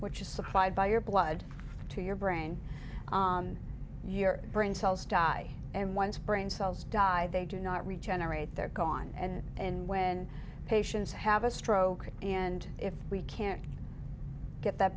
which is supplied by your blood to your brain your brain cells die and once brain cells die they do not regenerate they're gone and and when patients have a stroke and if we can't get that